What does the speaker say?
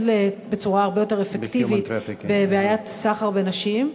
בצורה הרבה יותר אפקטיבית בבעיית הסחר בנשים.